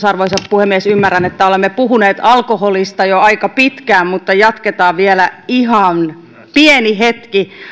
arvoisa puhemies olemme puhuneet alkoholista jo aika pitkään mutta jatketaan vielä ihan pieni hetki